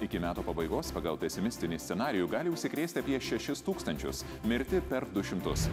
iki metų pabaigos pagal pesimistinį scenarijų gali užsikrėsti apie šešis tūkstančius mirti per du šimtus